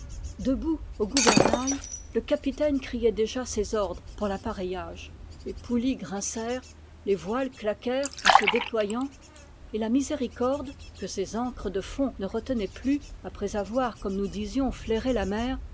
debout au gouvernail le capitaine criait déjà ses ordres pour l'appareillage les poulies grincèrent les voiles claquèrent en se déployant et la miséricorde que ses ancres de fond ne retenaient plus après avoir comme nous disions flairé la mer